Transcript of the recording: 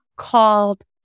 called